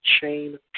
chain